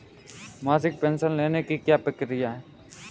मासिक पेंशन लेने की क्या प्रक्रिया है?